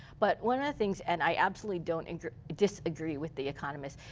but one of the things, and i absolutely don't and disagree with the economist,